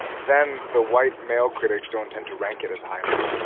then the white male critics don't tend to rank it as highly.